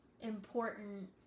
important